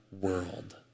world